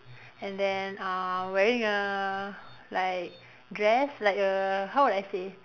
and then uh wearing a like dress like a how would I say